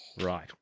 right